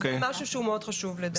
זה משהו שלדעתי הוא מאוד חשוב.